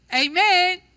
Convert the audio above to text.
Amen